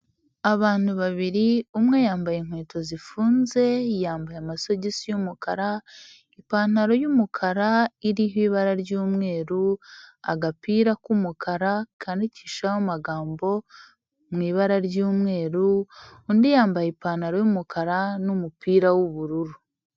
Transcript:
Abantu babiri, umwe yambaye inkweto zifunze, yambaye amasogisi y'umukara, ipantaro y'umukara iriho ibara ry'umweru, agapira k'umukara kandikishijeho amagambo mu ibara ry'umweru, undi yambaye ipantaro y'umukara n'umupira w'ubururu.